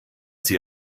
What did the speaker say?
sie